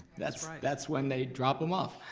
that's right. that's when they drop em off.